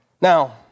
Now